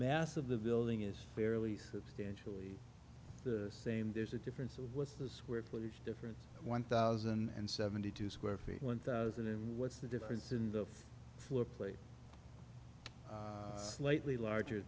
mass of the building is fairly substantially the same there's a difference of what's the square footage difference one thousand and seventy two square feet one thousand and what's the difference in the floor plate slightly larger